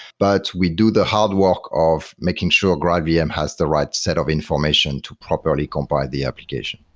but we do the hard work of making sure graalvm yeah has the right set of information to properly compile the application